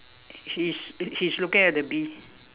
he's he's looking at the bee